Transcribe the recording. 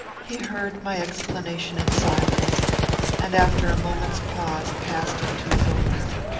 he heard my explanation in silence and, after a moment's pause, passed into his own room,